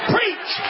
Preach